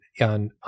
on